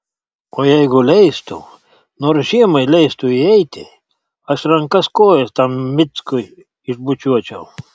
o jeigu leistų nors žiemai leistų įeiti aš rankas kojas tam mickui išbučiuočiau